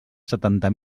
setanta